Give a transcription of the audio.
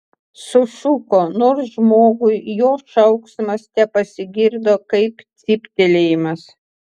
sušuko nors žmogui jo šauksmas tepasigirdo kaip cyptelėjimas